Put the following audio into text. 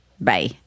Bye